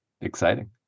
exciting